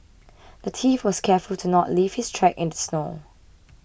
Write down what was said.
the thief was careful to not leave his tracks in the snow